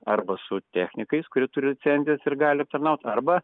arba su technikais kurie turi licencijas ir gali aptarnaut arba